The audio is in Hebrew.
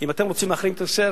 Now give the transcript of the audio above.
אם אתם רוצים להחרים את ישראל,